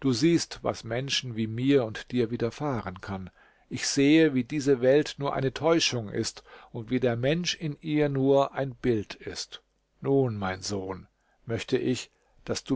du siehst was menschen wie mir und dir widerfahren kann ich sehe wie diese welt nur eine täuschung ist und wie der mensch in ihr nur ein bild ist nun mein sohn möchte ich daß du